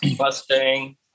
Mustang